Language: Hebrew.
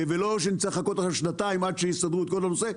ולא שנצטרך לחכות עכשיו שנתיים עד שיסדרו את כל הנושא.